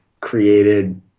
created